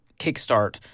kickstart